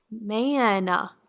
Man